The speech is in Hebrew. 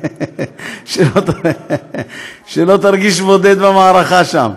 שלא תרגיש בודד במערכה שם.